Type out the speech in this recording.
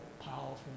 powerful